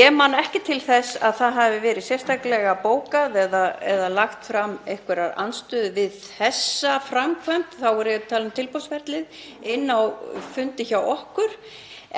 Ég man ekki til þess að það hafi verið sérstaklega bókað eða lagt fram að einhver andstaða væri við þessa framkvæmd, þá er ég að tala um tilboðsferlið, á fundi hjá okkur